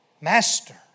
Master